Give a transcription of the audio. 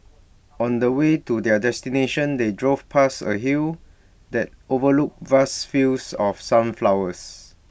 on the way to their destination they drove past A hill that overlooked vast fields of sunflowers